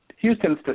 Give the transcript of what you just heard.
Houston